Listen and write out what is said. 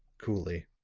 coolly.